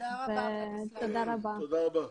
תודה רבה.